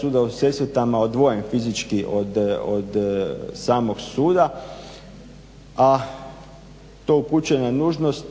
suda u Sesvetama odvojen fizički od samog suda, a to upućuje na nužnost